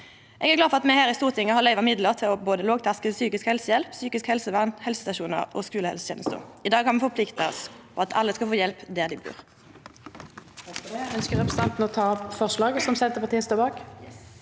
Eg er glad for at me i Stortinget har løyvd midlar til både lågterskel psykisk helsehjelp, psykisk helsevern, helsestasjonar og skulehelsetenesta. I dag har me forplikta oss til at alle skal få hjelp der dei bur.